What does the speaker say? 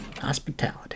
Hospitality